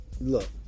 look